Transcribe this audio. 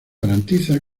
garantiza